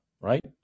right